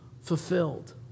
fulfilled